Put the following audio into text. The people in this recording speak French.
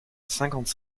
cinquante